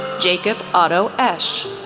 jacob otto esch,